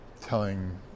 telling